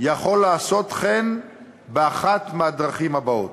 יכול לעשות כן באחת מהדרכים הבאות: